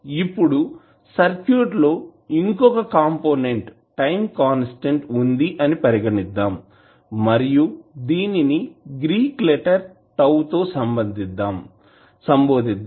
ఇప్పుడు సర్క్యూట్ లో ఇంకొక కంపోనెంట్ టైం కాన్స్టాంట్ వుంది అని పరిగణిద్దాం మరియు దీనిని గ్రీక్ లెటర్ తో సంభోదిద్దాం